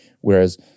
Whereas